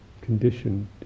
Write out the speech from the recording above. conditioned